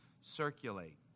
circulate